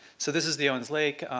so this is the owens lake.